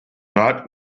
night